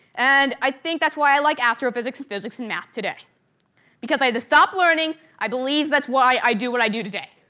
and i think that's why i like astrophysics, and physics, and math today because i had to stop learning, i believe that's why i do what i do today.